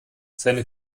seine